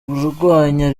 barwanya